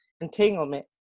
entanglement